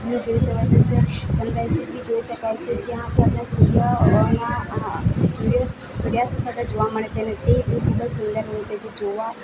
નું જોઈ શકાય છે સનરાઈસિસ બી જોઈ શકાય છે જ્યાંથી આપણે સૂર્ય ના સૂર્યાસ્ત થતાં જોવા મળે છે ને તે ખૂબ જ સુંદર હોય છે જે જોવા